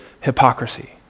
hypocrisy